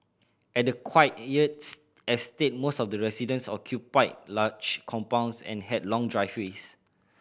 at the quiet estate most of the residence occupied large compounds and had long driveways